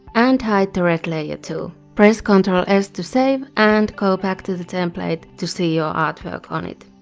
and hide the red layer, too. press ctrl s to save and go back to the template to see your artwork on it.